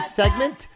segment